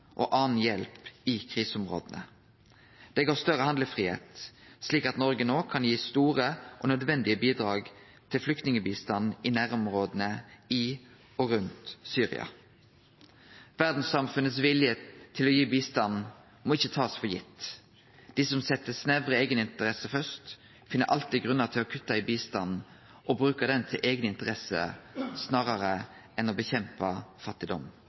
og anna hjelp i kriseområda. Det gav større handlefridom, slik at Noreg no kan gi store og nødvendige bidrag til flyktningbistand i nærområda i og rundt Syria. Viljen i verdssamfunnet til å gi bistand må ein ikkje ta for gitt. Dei som set snevre eigeninteresser først, finn alltid grunnar til å kutte i bistand og bruke han til eigne interesser snarare enn å kjempe mot fattigdom.